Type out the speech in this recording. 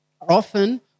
often